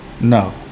No